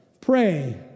pray